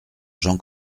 jean